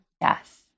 Yes